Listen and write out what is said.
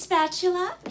Spatula